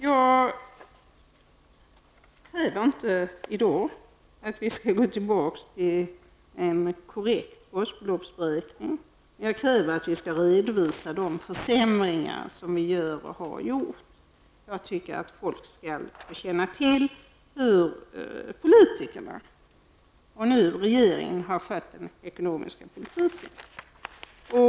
Jag kräver inte i dag att vi skall gå tillbaka till en korrekt basbeloppsberäkning, men jag kräver att vi skall redovisa de försämringar som vi gör och som vi har gjort. Jag tycker att folk bör få veta hur politikerna, och nu regeringen, har skött den ekonomiska politiken.